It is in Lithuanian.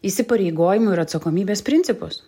įsipareigojimų ir atsakomybės principus